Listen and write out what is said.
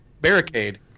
barricade